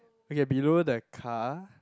okay below that car